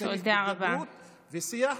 צריך בהידברות ושיח,